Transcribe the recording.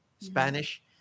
Spanish